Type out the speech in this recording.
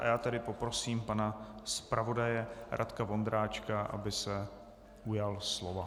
Já tedy poprosím pana zpravodaje Radka Vondráčka, aby se ujal slova.